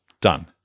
Done